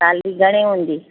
थाली घणे हूंदी